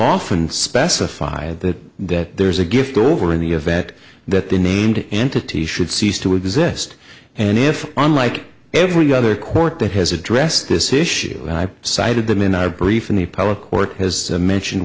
often specify that that there's a gift over in the event that the named entity should cease to exist and if unlike every other court that has addressed this issue and i cited them in our brief in the public or has mentioned